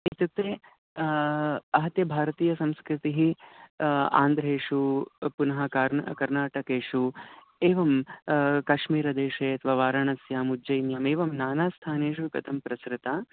इत्युक्ते आहत्य भारतीयसंस्कृतिः आन्ध्रेषु पुनः कार् कर्नाटकेषु एवं काश्मीरदेशे अथवा वारणस्याम् उज्जैन्यामेवं नानास्थानेषु कथं प्रसृता